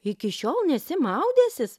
iki šiol nesi maudęsis